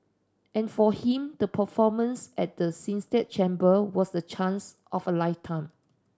and for him the performance at the Sistine Chapel was the chance of a lifetime